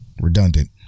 redundant